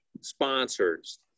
sponsors